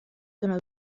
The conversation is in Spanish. tono